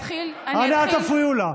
אנא, אל תפריעו לה.